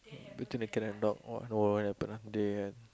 between a cat and dog !wah! no won't happen ah day end